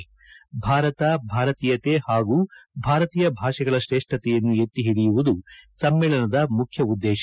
ಭಾರತ ಭಾರತೀಯತೆ ಪಾಗೂ ಭಾರತೀಯ ಭಾಷೆಗಳ ಶ್ರೇಷ್ಠತೆಯನ್ನು ಎಕ್ತಿಹಿಡಿಯುವುದು ಸಮ್ಮೇಳನದ ಮುಖ್ಯ ಉದ್ದೇಶ